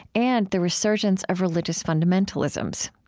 and the resurgence of religious fundamentalisms.